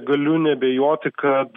galiu neabejoti kad